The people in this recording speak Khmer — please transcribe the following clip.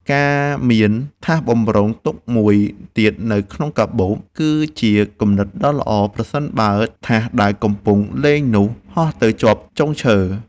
ការមានថាសបម្រុងទុកមួយទៀតនៅក្នុងកាបូប គឺជាគំនិតដ៏ល្អប្រសិនបើថាសដែលកំពុងលេងនោះហោះទៅជាប់លើចុងឈើ។